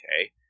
okay